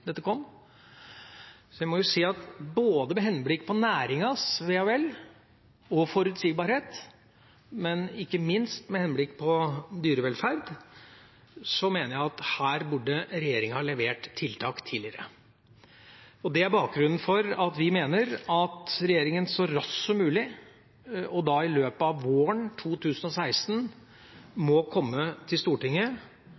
dette kom. Så både med henblikk på næringas ve og vel og forutsigbarhet og ikke minst med henblikk på dyrevelferd mener jeg at regjeringa her burde ha levert tiltak tidligere. Det er bakgrunnen for at vi mener at regjeringa så raskt som mulig, senest i løpet av våren 2016, må komme til Stortinget